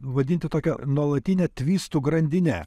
vadinti tokia nuolatine tvistų grandine